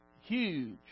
Huge